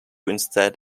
instead